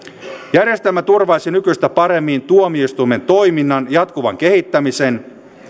järjestelmä turvaisi nykyistä paremmin tuomioistuimen toiminnan jatkuvan kehittämisen